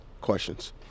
questions